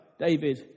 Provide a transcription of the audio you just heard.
David